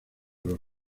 los